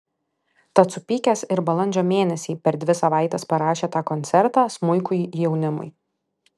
tad supykęs ir balandžio mėnesį per dvi savaites parašė tą koncertą smuikui jaunimui